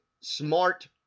smart